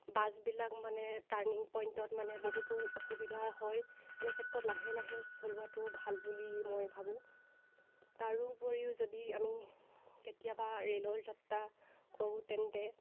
বাছবিলাক মানে টাৰ্ণিং পইণ্টত মানে বহুতো অসুবিধা হয় এনেক্ষেত্ৰত লাহে লাহে চলোৱাটো ভাল বুলি মই ভাবোঁ তাৰোপৰিও যদি আমি কেতিয়াবা ৰে'লৰ যাত্ৰা কৰোঁ তেন্তে